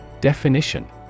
Definition